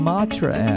Matra